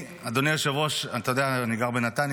אדוני היושב-ראש, אתה יודע, אני גר בנתניה.